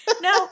No